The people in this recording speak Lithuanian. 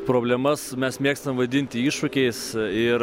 problemas mes mėgstam vadinti iššūkiais ir